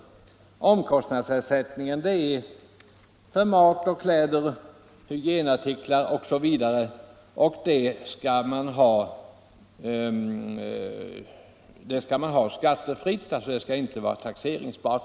Omkostnadsersättning utgår för mat och kläder, hygienartiklar osv. och skall vara skattefri.